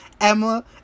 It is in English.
Emma